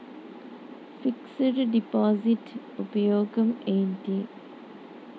Fix డ్ deposit ఉపయోగం ఏంటి?